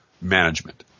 management